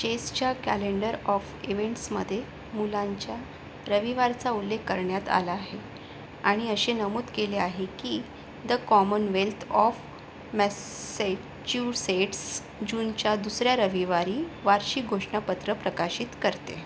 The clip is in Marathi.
चेसच्या कॅलेंडर ऑफ इव्हेंट्समध्ये मुलांच्या रविवारचा उलेख करण्यात आला आहे आणि असे नमूद केले आहे की द कॉमनवेल्थ ऑफ मॅसॅच्युसेट्स जूनच्या दुसऱ्या रविवारी वार्षिक घोषणापत्र प्रकाशित करते